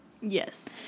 Yes